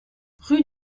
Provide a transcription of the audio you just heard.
rue